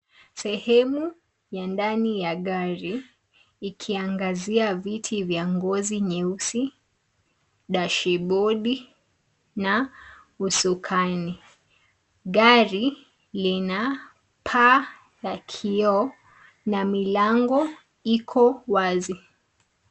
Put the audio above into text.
Sehemu ya ndani ya gari ikiangazia viti vya ngozi nyeusi, dashibodi na usukani. Gari lina paa ya kioo na milango iko wazi.